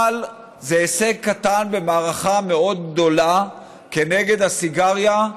אבל זה הישג קטן במערכה מאוד גדולה כנגד הסיגריה,